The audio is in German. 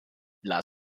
mehr